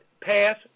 pass